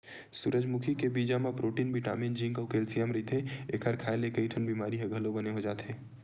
सूरजमुखी के बीजा म प्रोटीन बिटामिन जिंक अउ केल्सियम रहिथे, एखर खांए ले कइठन बिमारी ह घलो बने हो जाथे